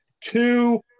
Two